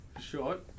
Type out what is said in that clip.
Short